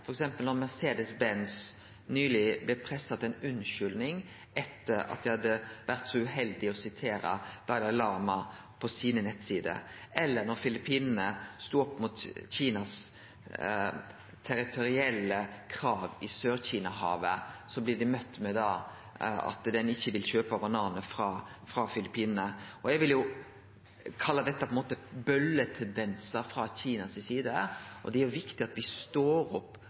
til ei unnskyldning etter at dei hadde vore så uheldige å sitere Dalai Lama på nettsidene sine, og da Filippinane stod opp mot Kinas territorielle krav i Sør-Kina-havet, blei dei møtte med at ein ikkje vil kjøpe bananar frå Filippinane. Eg vil kalle dette bølle-tendensar frå Kinas side. Det er viktig at me står opp